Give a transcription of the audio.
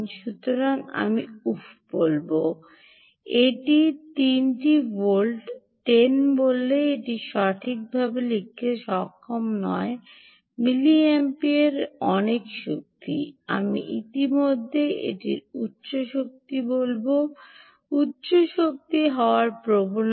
সুতরাং আমি উফ বলব এটি 3 টি ভোল্ট 10 বললে এটি সঠিকভাবে লিখতে সক্ষম নয় মিলিম্পিয়ার অনেক শক্তি আমি ইতিমধ্যে এটির উচ্চ শক্তি বলব উচ্চ শক্তি হওয়ার প্রবণতা